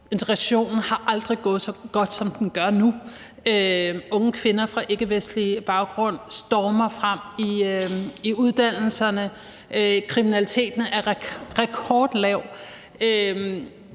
Integrationen har aldrig gået så godt, som den gør nu. Unge kvinder med ikkevestlig baggrund stormer frem på uddannelserne. Kriminaliteten er rekordlav.